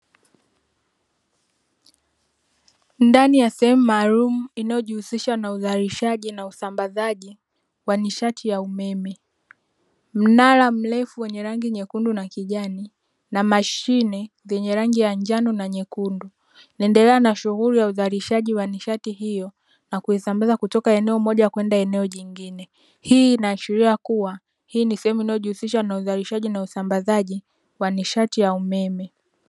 Ndani ya sehemu maalumu inayojihusisha na uzalishaji na usambazaji wa nishati ya umeme. Mnara mrefu wenye rangi nyekundu na kijani, na mashine zenye rangi ya njano na nyekundu; zinaendelea na shughuli ya uzalishaji wa nishati hiyo na kuisambaza kutoka eneo moja na kwenda eneo jingine. Hii inaashiria kuwa hii ni sehemu inayojihusisha na uzalishaji na usambazaji wa nishati ya umeme.